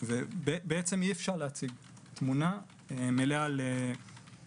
בעצם אי אפשר להציג תמונה מלאה בנושא.